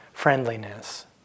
Friendliness